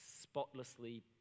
spotlessly